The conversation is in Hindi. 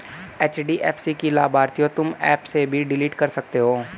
एच.डी.एफ.सी की लाभार्थियों तुम एप से भी डिलीट कर सकते हो